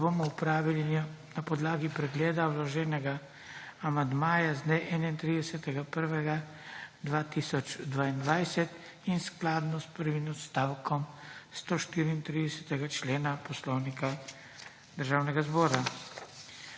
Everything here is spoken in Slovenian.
ki jo bomo opravili na podlagi pregleda vloženega amandmaja z dne 31. 1. 2022 in skladno s prvim odstavkom 134. člena Poslovnika Državnega zbora.